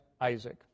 Isaac